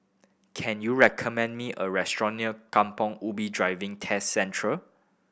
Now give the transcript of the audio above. can you recommend me a restaurant near Kampong Ubi Driving Test Centre